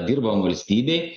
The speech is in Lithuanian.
dirbam valstybei